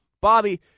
Bobby